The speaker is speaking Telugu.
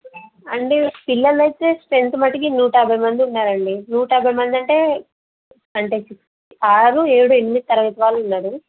ఏవండీ పిల్లలైతే స్ట్రెంత్ మట్టుక్కి నూట యాభై మంది ఉన్నారండి నూట యాభై మందంటే ఆరు ఏడు ఎనిమిది తరగతి వాళ్ళున్నారు